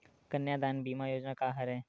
कन्यादान बीमा योजना का हरय?